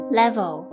level